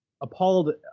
appalled